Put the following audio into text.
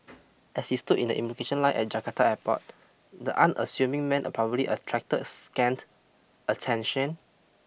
as he stood in the immigration line at Jakarta airport the unassuming man probably attracted scant attention